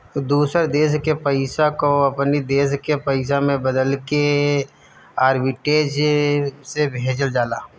दूसर देस के पईसा कअ अपनी देस के पईसा में बदलके आर्बिट्रेज से भेजल जाला